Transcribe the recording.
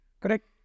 correct